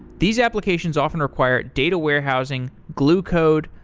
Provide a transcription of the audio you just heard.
these applications often require data warehousing, glue code,